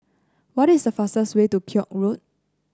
what is the fastest way to Koek Road